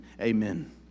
Amen